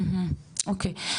אוקי,